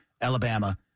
Alabama